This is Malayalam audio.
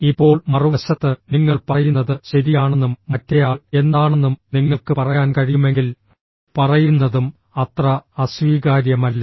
ഇപ്പോൾ മറുവശത്ത് നിങ്ങൾ പറയുന്നത് ശരിയാണെന്നും മറ്റേയാൾ എന്താണെന്നും നിങ്ങൾക്ക് പറയാൻ കഴിയുമെങ്കിൽ പറയുന്നതും അത്ര അസ്വീകാര്യമല്ല